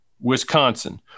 Wisconsin